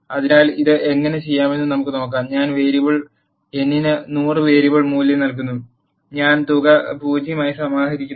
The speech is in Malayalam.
അതിനാൽ ഇത് എങ്ങനെ ചെയ്യാമെന്ന് നമുക്ക് നോക്കാം ഞാൻ വേരിയബിൾ n ന് 100 വേരിയബിൾ മൂല്യം നൽകുന്നു ഞാൻ തുക 0 ആയി സമാരംഭിക്കുന്നു